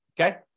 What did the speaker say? Okay